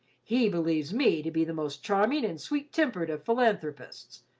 he believes me to be the most charming and sweet-tempered of philanthropists.